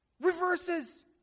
reverses